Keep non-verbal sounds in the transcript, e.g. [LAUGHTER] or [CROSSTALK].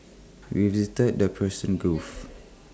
we visited the Persian [NOISE] gulf